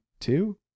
Two